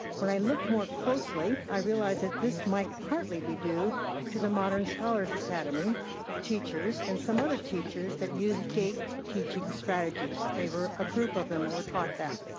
when i looked more closely, i realized this might partly be due to the modern scholars academy teachers and some other teachers that use gate teaching strategies. they were a group of them that were taught that.